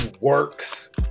works